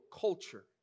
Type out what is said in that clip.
culture